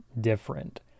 different